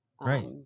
Right